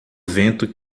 vento